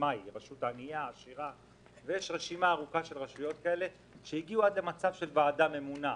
יש רשימה ארוכה של רשויות כאלו שהגיעו עד למצב של ועדה ממונה,